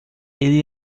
ele